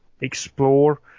Explore